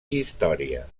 història